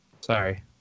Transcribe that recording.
sorry